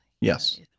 Yes